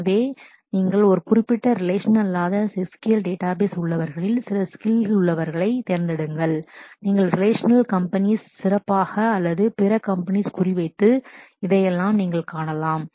எனவே நீங்கள் ஒரு குறிப்பிட்ட ரிலேஷனல்அல்லாத SQL டேட்டாபேஸ் உள்ளவர்களில் சில ஸ்கில்ஸ் skills உள்ளவர்களை தேர்ந்தெடுங்கள் நீங்கள் ரிலேஷனல் கம்பெனிஸ் சிறப்பாக அல்லது பிற கம்பெனிஸ் குறிவைத்து அதையெல்லாம் நீங்கள் காணலாம்